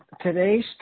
today's